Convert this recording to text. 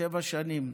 שבע שנים.